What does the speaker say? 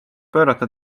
pöörata